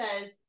says